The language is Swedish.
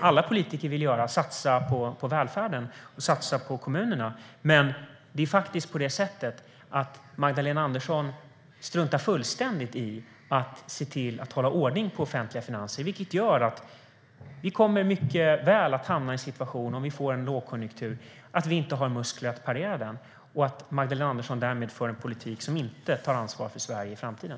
Alla politiker vill satsa på välfärden och kommunerna, men Magdalena Andersson struntar fullständigt i att se till att hålla ordning i de offentliga finanserna. Om det blir en lågkonjunktur kommer det inte att finnas muskler att parera den, och Magdalena Andersson kommer därmed att föra en politik som inte tar ansvar för Sverige i framtiden.